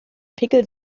pickel